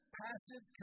passive